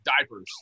diapers